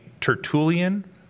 Tertullian